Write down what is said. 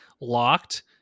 locked